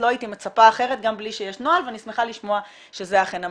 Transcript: לא הייתי מצפה אחרת גם בלי שיש נוהל ואני שמחה לשמוע שזה אכן המצב.